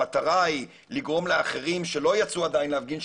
המטרה היא לגרום לאחרים שלא יצאו עדיין להפגין,